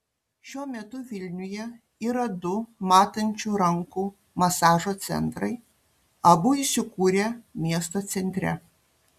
šiuo metu vilniuje yra du matančių rankų masažo centrai abu įsikūrę miesto centre